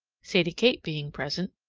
sadie kate being present,